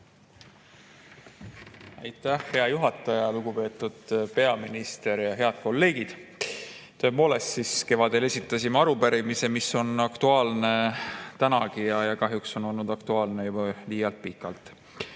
Aitäh, hea juhataja! Lugupeetud peaminister! Head kolleegid! Tõepoolest, kevadel esitasime arupärimise, mis on aktuaalne tänagi ja kahjuks on olnud aktuaalne juba liialt pikalt.